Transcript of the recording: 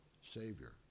savior